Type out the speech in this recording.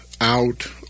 out